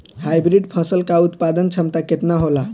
Hybrid फसल क उत्पादन क्षमता केतना होला?